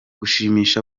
gushimisha